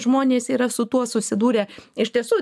žmonės yra su tuo susidūrę iš tiesų